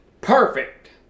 perfect